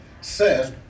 says